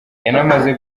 yanamaze